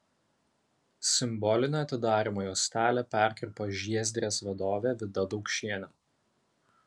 simbolinę atidarymo juostelę perkirpo žiezdrės vadovė vida daukšienė